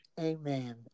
Amen